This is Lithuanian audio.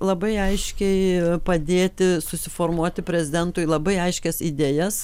labai aiškiai padėti susiformuoti prezidentui labai aiškias idėjas